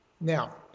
Now